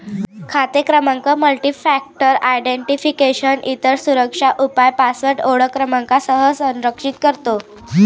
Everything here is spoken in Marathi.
खाते क्रमांक मल्टीफॅक्टर आयडेंटिफिकेशन, इतर सुरक्षा उपाय पासवर्ड ओळख क्रमांकासह संरक्षित करतो